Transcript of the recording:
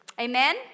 Amen